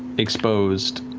exposed